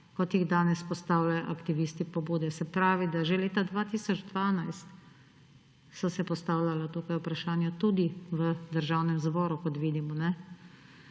kot jih danes postavljajo aktivisti pobude. Se pravi, da že leta 2012 so se postavljala tukaj vprašanja; tudi v Državnem zboru kot vidimo.